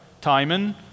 Timon